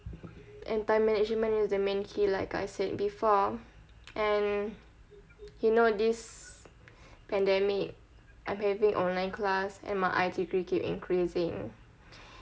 and time management is the main key like I said before and you know this pandemic I'm having online class and my eyes degree keep increasing